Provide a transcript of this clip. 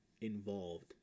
involved